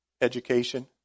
Education